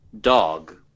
dog